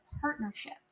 partnership